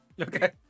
okay